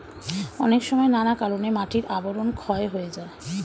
অনেক সময় নানা কারণে মাটির আবরণ ক্ষয় হয়ে যায়